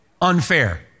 unfair